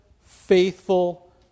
faithful